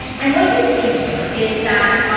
and what you see here is that,